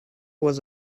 was